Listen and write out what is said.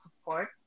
support